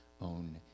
own